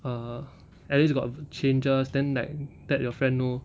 err at least got changes then like let your friend know